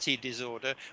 disorder